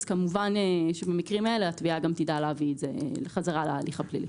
כמובן שבמקרים האלה התביעה גם תדע להביא את זה חזרה להליך הפלילי.